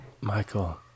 Michael